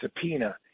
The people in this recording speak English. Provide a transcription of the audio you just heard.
subpoena